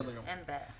אין בעיה.